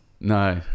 No